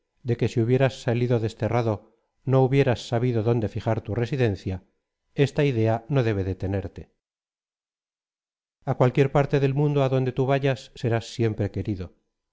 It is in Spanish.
de que si hubieras salido desterrado no hubieras sabido dónde fijar tu residencia esta idea no debe detenerte a cualquier parte del mundo á donde tú vayas serás siempre querido